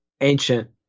ancient